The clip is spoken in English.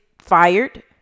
fired